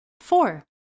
Four